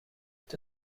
met